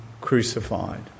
crucified